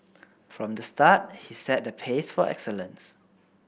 from the start he set the pace for excellence